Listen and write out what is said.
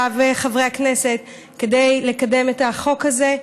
וחברי הכנסת כדי לקדם את החוק הזה.